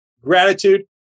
gratitude